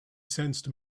sensed